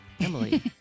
Emily